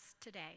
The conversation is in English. today